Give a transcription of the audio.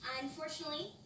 Unfortunately